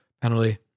penalty